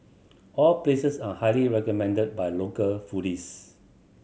all places are highly recommended by local foodies